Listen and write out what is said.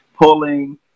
pulling